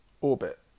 orbit